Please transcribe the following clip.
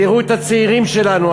תראו את הצעירים שלנו.